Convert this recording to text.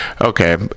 Okay